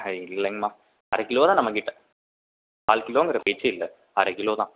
ஆ இல்லைங்கம்மா அரை கிலோ தான் நம்ம கிட்டே கால் கிலோங்கிற பேச்சே இல்லை அரை கிலோ தான்